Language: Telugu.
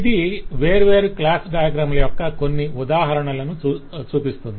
ఇది వేర్వేరు క్లాస్ డయాగ్రమ్ ల యొక్క కొన్ని ఉదాహరణలను చూపిస్తుంది